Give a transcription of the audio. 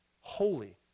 holy